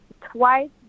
twice